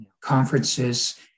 conferences